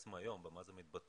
בעצם היום, במה זה מתבטא?